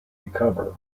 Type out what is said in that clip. recover